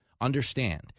Understand